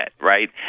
right